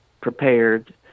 prepared